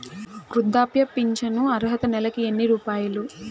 వృద్ధాప్య ఫింఛను అర్హత నెలకి ఎన్ని రూపాయలు?